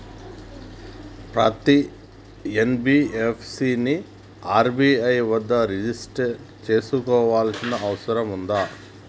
పత్తి ఎన్.బి.ఎఫ్.సి ని ఆర్.బి.ఐ వద్ద రిజిష్టర్ చేసుకోవాల్సిన అవసరం ఉందా?